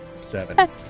Seven